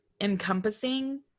encompassing